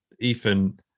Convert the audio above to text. ethan